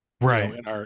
Right